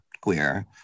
queer